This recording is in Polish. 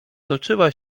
toczyła